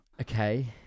Okay